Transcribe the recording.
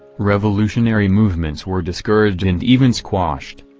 revolutionary movements were discouraged and even squashed.